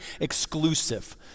exclusive